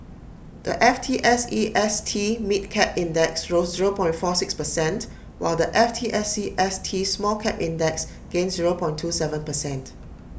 the F T S E S T mid cap index rose zero point four six percent while the F T S E S T small cap index gained zero point two Seven percent